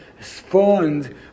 spawned